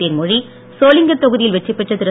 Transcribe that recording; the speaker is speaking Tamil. தேன்மொழி சோளிங்கர் தொகுதியில் வெற்றி பெற்ற திரு